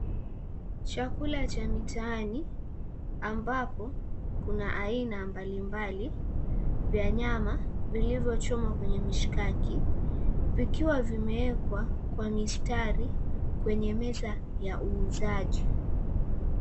Chakula cha mitaani, ambapo kuna aina mbalimbali vya nyama vilivyochomwa kwenye mishikaki, vikiwa vimewekwa kwa mistari kwenye meza ya uuzaji.